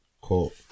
Cool